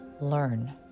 learn